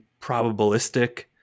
probabilistic